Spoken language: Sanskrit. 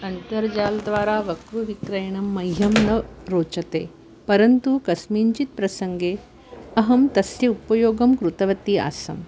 अन्तर्जालद्वारा वकृविक्रयणं मह्यं न रोचते परन्तु कस्मिंश्चित् प्रसङ्गे अहं तस्य उपयोगं कृतवती आसम्